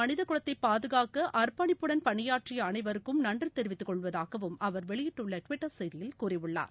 மனிதகுலத்தைபாதுகாக்கஅர்ப்பணிப்புடன் சிக்கலானதருணத்தில் பணியாற்றியஅனைவருக்கும் நன்றிதெரிவித்துக் கொள்வதாகவும் அவர் வெளியிட்டுள்ளடுவிட்டர் செய்தியில் கூறியுள்ளார்